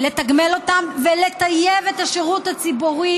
לתגמל אותם ולטייב את השירות הציבורי